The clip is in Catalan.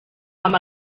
amb